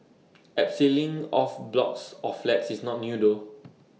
abseiling off blocks of flats is not new though